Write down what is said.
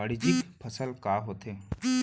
वाणिज्यिक फसल का होथे?